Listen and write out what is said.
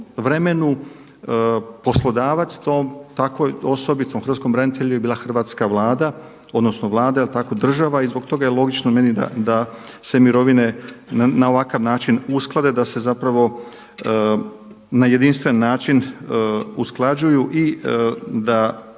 vremenu poslodavac to takvoj osobi, tom hrvatskom branitelju je bila hrvatska Vlada, odnosno Vlada, je li tako, država, i zbog toga je logično meni da se mirovine na ovakav način usklade da se zapravo na jedinstven način usklađuju i da